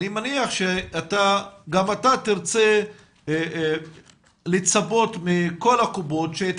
אני מניח שגם אתה תרצה לצפות מכל הקופות שאת